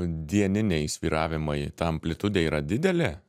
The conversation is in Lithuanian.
dieniniai svyravimai ta amplitudė yra didelė